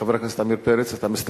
חבר הכנסת עמיר פרץ, אתה מסתפק?